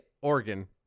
Oregon